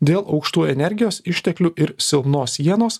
dėl aukštų energijos išteklių ir silpnos jenos